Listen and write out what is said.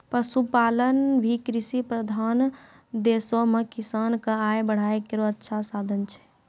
पशुपालन भी कृषि प्रधान देशो म किसान क आय बढ़ाय केरो अच्छा साधन छै